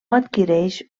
adquireix